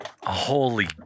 Holy